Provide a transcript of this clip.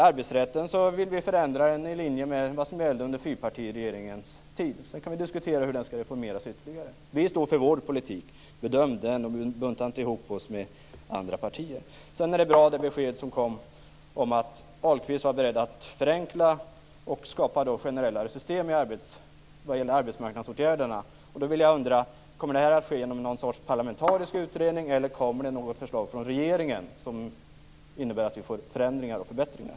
Arbetsrätten vill vi förändra i linje med vad som gällde under fyrpartiregeringens tid. Sedan kan vi diskutera hur den skall reformeras ytterligare. Vi står för vår politik. Bedöm den, och bunta inte ihop oss med andra partier. Det var ett bra besked som kom om att Ahlqvist är beredd att förenkla och skapa generellare system vad gäller arbetsmarknadsåtgärderna. Då undrar jag: Kommer det här att ske genom någon sorts parlamentarisk utredning eller kommer det något förslag från regeringen som innebär att vi får förändringar och förbättringar?